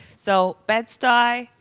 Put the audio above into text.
so, bed-stuy,